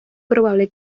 probable